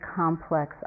complex